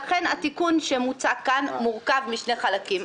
התיקון שמוצע כאן מורכב משני חלקים.